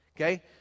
Okay